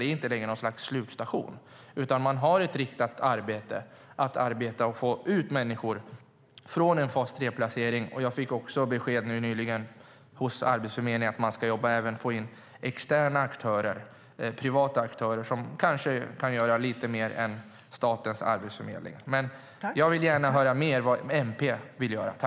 Det är inte längre något slags slutstation, utan man har ett riktat arbete med att få ut människor från en fas 3-placering. Jag fick också besked nyligen från Arbetsförmedlingen om att man även ska jobba med att få in externa, privata aktörer som kanske kan göra lite mer än statens arbetsförmedling. Men jag vill gärna höra mer om vad MP vill göra.